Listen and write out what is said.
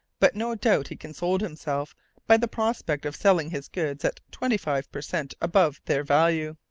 but no doubt he consoled himself by the prospect of selling his goods at twenty-five per cent above their value.